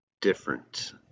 different